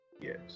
Yes